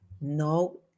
no